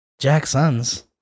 Jackson's